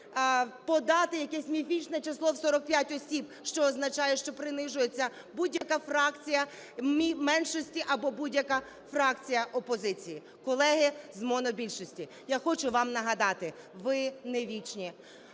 подати якесь міфічне число в 45 осіб, що означає, що принижується будь-яка фракція меншості або будь-яка фракція опозиції. Колеги з монобільшості, я хочу вам нагадати: ви не вічні,